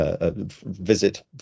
Visit